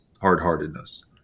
hard-heartedness